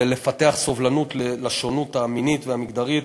לפתח סובלנות לשונות המינית והמגדרית